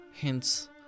hence